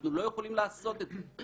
אנחנו לא יכולים לעשות את זה.